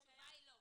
התשובה היא לא.